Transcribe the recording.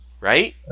right